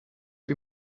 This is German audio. wie